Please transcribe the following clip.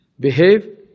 Behave